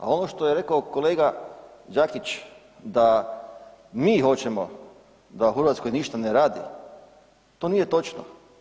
A ono što je rekao kolega Đakić da mi hoćemo da u Hrvatskoj ništa ne radi to nije točno.